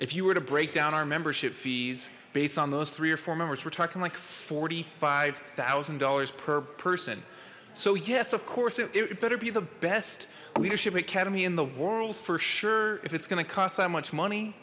if you were to break down our membership fees based on those three or four members we're talking like forty five thousand dollars per person so yes of course it better be the best leadership academy in the world for sure if it's gonna cost that much money